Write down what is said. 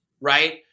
right